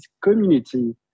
community